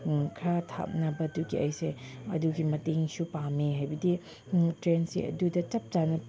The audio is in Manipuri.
ꯈꯔ ꯊꯥꯞꯅꯕꯗꯨꯒꯤ ꯑꯩꯁꯦ ꯑꯗꯨꯒꯤ ꯃꯇꯦꯡꯁꯨ ꯄꯥꯝꯃꯦ ꯍꯥꯏꯕꯗꯤ ꯇ꯭ꯔꯦꯟꯁꯦ ꯑꯗꯨꯗ ꯆꯞ ꯆꯥꯅ